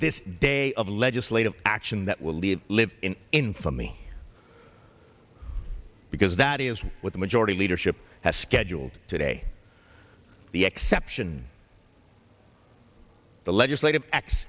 this day of legislative action that will live live in infamy because that is what the majority leadership has scheduled today the exception the legislative acts